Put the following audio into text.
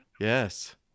Yes